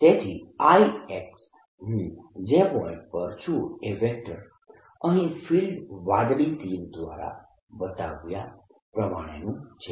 તેથી I x હું જે પોઇન્ટ પર છું એ વેક્ટર અહીં ફિલ્ડ વાદળી તીર દ્વારા બતાવ્યા પ્રમાણેનું છે